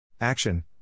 Action